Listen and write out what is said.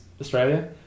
Australia